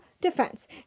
defense